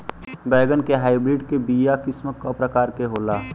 बैगन के हाइब्रिड के बीया किस्म क प्रकार के होला?